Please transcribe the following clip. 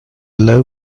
low